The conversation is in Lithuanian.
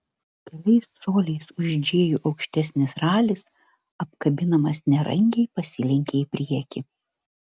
keliais coliais už džėjų aukštesnis ralis apkabinamas nerangiai pasilenkė į priekį